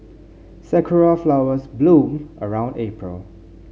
sakura flowers bloom around April